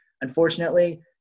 Unfortunately